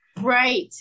Right